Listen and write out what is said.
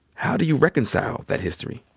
how do you reconcile that history?